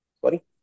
Sorry